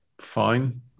fine